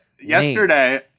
Yesterday